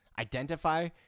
Identify